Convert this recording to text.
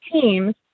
teams